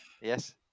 Yes